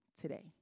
today